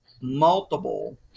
multiple